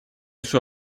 sua